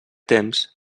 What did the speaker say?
temps